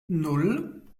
nan